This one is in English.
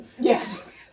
Yes